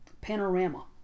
Panorama